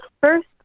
first